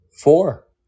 Four